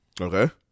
Okay